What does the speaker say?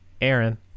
Aaron